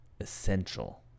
Essential